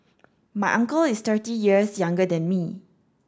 my uncle is thirty years younger than me